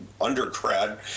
undergrad